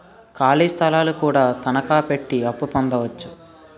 ఖాళీ స్థలాలు కూడా తనకాపెట్టి అప్పు పొందొచ్చు